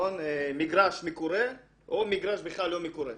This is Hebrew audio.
מגרש מקורה או מגרש בכלל לא מקורה.